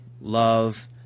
love